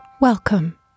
Welcome